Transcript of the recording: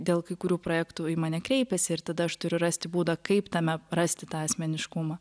dėl kai kurių projektų į mane kreipiasi ir tada aš turiu rasti būdą kaip tame rasti tą asmeniškumą